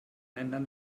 ändern